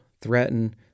threaten